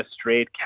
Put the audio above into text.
straight